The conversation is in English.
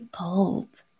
bold